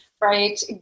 right